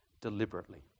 deliberately